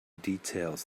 details